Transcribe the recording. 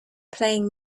playing